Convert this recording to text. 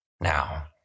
Now